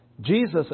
Jesus